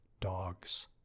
dogs